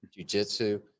jujitsu